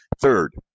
Third